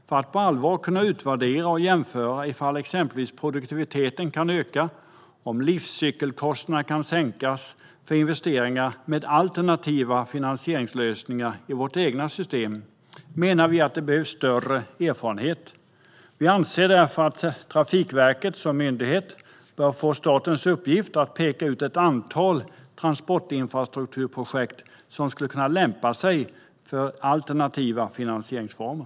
För att på allvar kunna jämföra och utvärdera om exempelvis produktiviteten kan öka och om livscykelkostnaderna för investeringar kan sänkas med alternativa finansieringslösningar i vårt eget system menar vi att det behövs större erfarenhet. Vi anser därför att Trafikverket som myndighet bör få i uppgift av staten att peka ut ett antal transportinfrastrukturprojekt som skulle kunna lämpa sig för alternativa finansieringsformer.